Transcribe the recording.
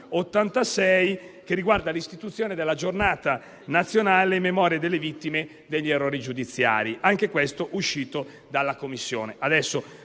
1686, che riguarda l'istituzione della Giornata nazionale in memoria delle vittime di errori giudiziari, anch'esso licenziato dalla Commissione.